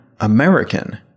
American